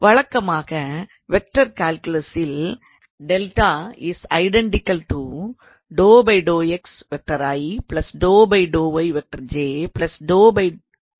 வழக்கமாக வெக்டார் கால்குலசில் என உள்ளது